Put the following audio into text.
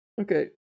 Okay